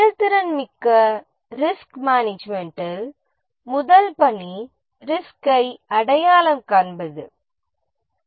செயல்திறன் மிக்க ரிஸ்க் மேனேஜ்மென்டில் ரிஸ்க்கை அடையாளம் காண்பது தான் முதல் பணி